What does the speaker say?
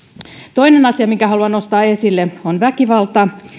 toinen asia minkä haluan nostaa esille on väkivalta